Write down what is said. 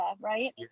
right